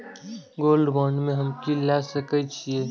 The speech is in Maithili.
गोल्ड बांड में हम की ल सकै छियै?